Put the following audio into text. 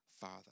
father